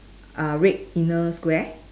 uh red inner square